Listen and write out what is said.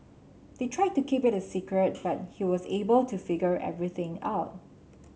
they tried to keep it a secret but he was able to figure everything out